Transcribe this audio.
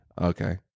Okay